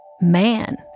Man